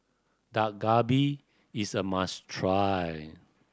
Dak Galbi is a must try